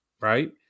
right